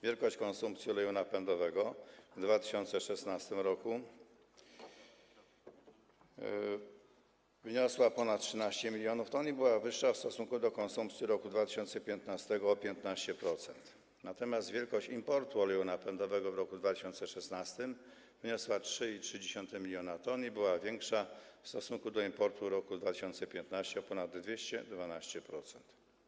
Wielkość konsumpcji oleju napędowego w 2016 r. wyniosła ponad 13 mln t i była większa w stosunku do konsumpcji w roku 2015 o 15%, natomiast wielkość importu oleju napędowego w roku 2016 wyniosła 3,3 mln t i była większa w stosunku do importu w roku 2015 o ponad 212%.